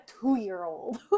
two-year-old